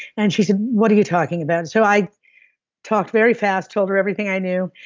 and she said, what are you talking about? so i talked very fast, told her everything i knew,